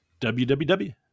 www